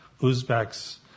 Uzbeks